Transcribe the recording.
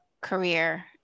career